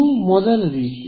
ಇದು ಮೊದಲ ರೀತಿ